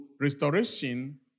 restoration